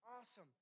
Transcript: awesome